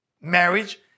marriage